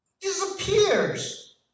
disappears